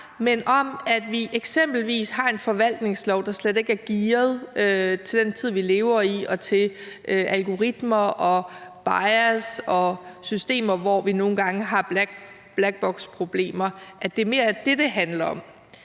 men om, at vi eksempelvis har en forvaltningslov, der slet ikke er gearet til den tid, vi lever i, til algoritmer, bias og systemer, hvor vi nogle gange har blackboxproblemer, altså at det mere er det, det handler om.